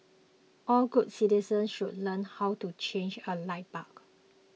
all good citizens should learn how to change a light bulb